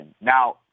Now